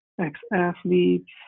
ex-athletes